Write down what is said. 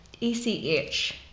E-C-H